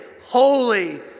holy